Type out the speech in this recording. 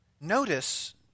Notice